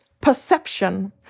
perception